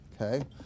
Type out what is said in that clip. Okay